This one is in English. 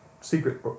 secret